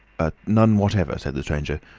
ah none whatever, said the stranger.